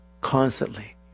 Constantly